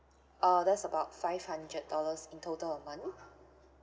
uh that's about five hundred dollars in total a month